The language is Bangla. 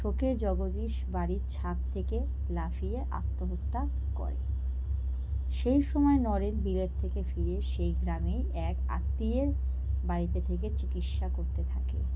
শোকে জগদীশ বাড়ির ছাদ থেকে লাফিয়ে আত্মহত্যা করে সেই সময় নরেন বিলেত থেকে ফিরে সেই গ্রামেই এক আত্মীয়ের বাড়িতে থেকে চিকিৎসা করতে থাকে